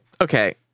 okay